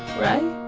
right?